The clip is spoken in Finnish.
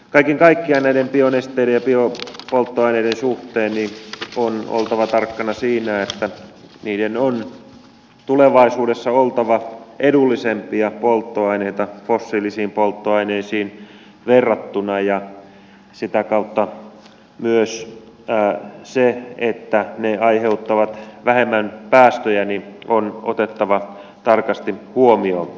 kaiken kaikkiaan näiden bionesteiden ja biopolttoaineiden suhteen on oltava tarkkana siinä että niiden on tulevaisuudessa oltava edullisempia polttoaineita fossiilisiin polttoaineisiin verrattuna ja sitä kautta myös se että ne aiheuttavat vähemmän päästöjä on otettava tarkasti huomioon